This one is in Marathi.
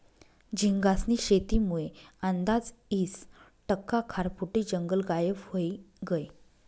झींगास्नी शेतीमुये आंदाज ईस टक्का खारफुटी जंगल गायब व्हयी गयं